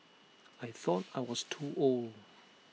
I thought I was too old